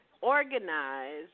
organize